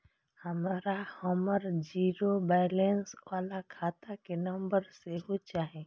हमरा हमर zero balance बाला खाता के नम्बर सेहो चाही